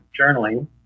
journaling